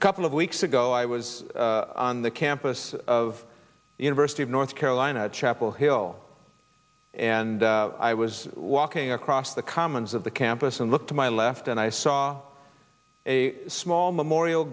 a couple of weeks ago i was on the campus of university of north carolina at chapel hill and i was walking across the commons of the campus and look to my left and i saw a small memorial